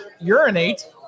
urinate